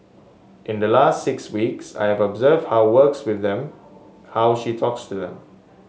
in the last six weeks I have observed how works with them how she talks to them